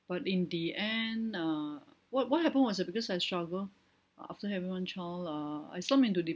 but in the end err what what happen was that because I struggle after having one child err I slump into